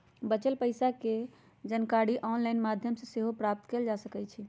बच्चल पइसा के जानकारी ऑनलाइन माध्यमों से सेहो प्राप्त कएल जा सकैछइ